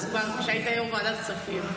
כשהיית יו"ר ועדת הכספים,